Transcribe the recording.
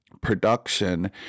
production